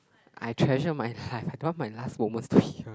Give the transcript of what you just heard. I treasure my time I don't want my last moments to be here